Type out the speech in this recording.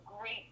great